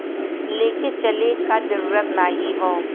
लेके चले क जरूरत नाहीं हौ